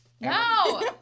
No